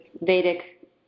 Vedic